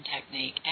technique